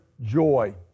joy